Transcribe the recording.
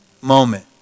moment